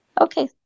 Okay